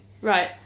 Right